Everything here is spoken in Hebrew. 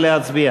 נא להצביע.